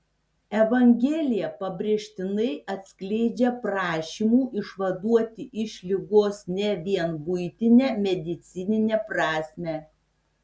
evangelija pabrėžtinai atskleidžia prašymų išvaduoti iš ligos ne vien buitinę medicininę prasmę